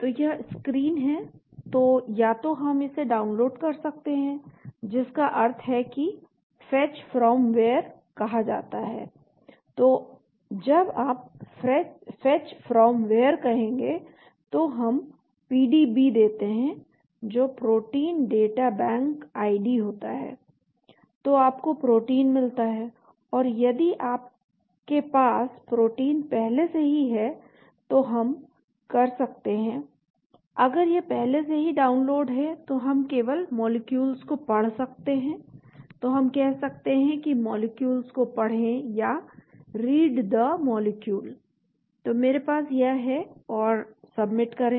तो यह स्क्रीन है तो या तो हम इसे डाउनलोड कर सकते हैं जिसका अर्थ है कि फेच फ्रॉम व्हेयर कहा जाता है तो जब आप फेच फ्रॉम व्हेयर कहते हैं तो हम पीडीबी देते हैं जो प्रोटीन डेटा बैंक आईडी होता है तो आपको प्रोटीन मिलता है या यदि आपके पास प्रोटीन पहले से ही है तो हम कर सकते हैं अगर यह पहले से ही डाउनलोड है तो हम केवल मॉलिक्यूलस को पढ़ सकते हैं तो हम कह सकते हैं कि मॉलिक्यूलस को पढ़ें या रीड द मॉलिक्यूल तो मेरे पास यह है और सबमिट करें